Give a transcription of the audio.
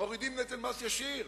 מורידים נטל מס ישיר.